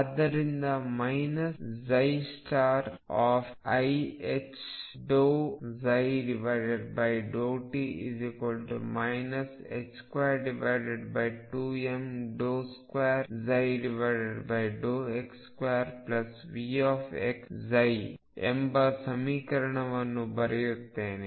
ಆದ್ದರಿಂದ minus iℏ∂ψ∂t 22m2x2Vx ಎಂಬ ಸಮೀಕರಣವನ್ನು ಬರೆಯುತ್ತೇನೆ